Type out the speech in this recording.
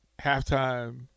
halftime